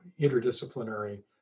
interdisciplinary